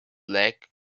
black